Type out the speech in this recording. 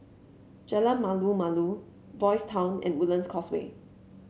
Jalan Malu Malu Boys' Town and Woodlands Causeway